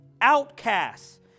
outcasts